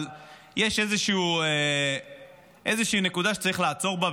אבל יש איזושהי נקודה שצריך לעצור בה,